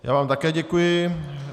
Já vám také děkuji.